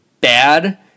bad